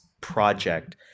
project